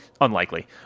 unlikely